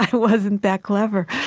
i wasn't that clever.